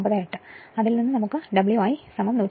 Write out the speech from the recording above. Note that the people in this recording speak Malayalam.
98 അതിൽ നിന്ന് നമുക്ക് W i 153 watt ലഭിക്കും അതിനാൽ 0